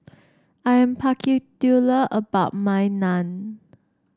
I am particular about my Naan